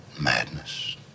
madness